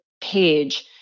page